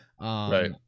Right